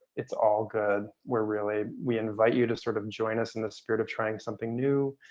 it's all good. we're really, we invite you to sort of join us in the spirit of trying something new.